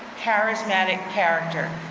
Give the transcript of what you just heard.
charismatic character.